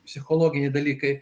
psichologiniai dalykai